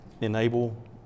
enable